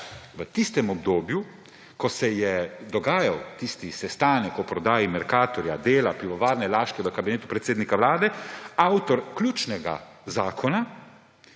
v tistem obdobju, ko se je dogajal tisti sestanek o prodaji Mercatorja, Dela, Pivovarne Laško, v Kabinetu predsednika Vlade avtor ključnega zakona,